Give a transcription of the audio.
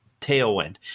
tailwind